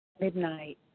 midnight